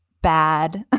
bad, ah